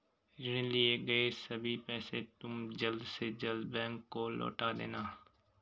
ऋण लिए गए सभी पैसे तुम जल्द से जल्द बैंक को लौटा देना